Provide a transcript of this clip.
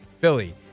Philly